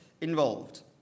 involved